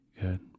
Good